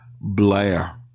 Blair